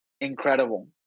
incredible